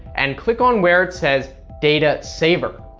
and click on where it says data saver.